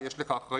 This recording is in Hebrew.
יש לו אחריות,